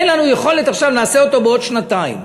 אין לנו יכולת עכשיו, נעשה אותו בעוד שנתיים.